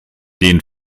den